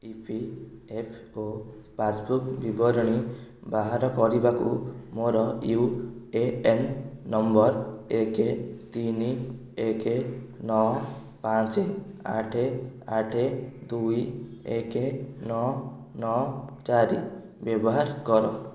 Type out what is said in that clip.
ଇ P F O passbook ବିବରଣୀ ବାହାର କରିବାକୁ ମୋର ୟୁ ଏ ଏନ୍ ନମ୍ବର ଏକ ତିନି ଏକ ନଅ ପାଞ୍ଚ ଆଠ ଆଠ ଦୁଇ ଏକ ନଅ ନଅ ଚାରି ବ୍ୟବହାର କର